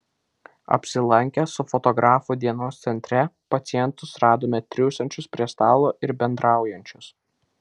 apsilankę su fotografu dienos centre pacientus radome triūsiančius prie stalo ir bendraujančius